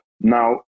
now